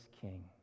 king